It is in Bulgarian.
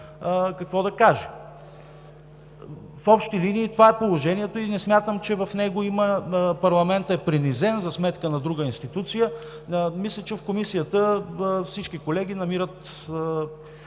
В общи линии това е положението и не смятам, че в него парламентът е принизен за сметка на друга институция. Мисля, че в Комисията всички колеги намират